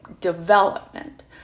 development